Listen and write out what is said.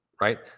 right